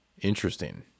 interesting